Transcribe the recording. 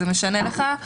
זה משנה לך?